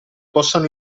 possano